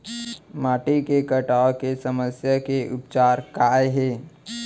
माटी के कटाव के समस्या के उपचार काय हे?